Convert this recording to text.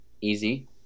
Easy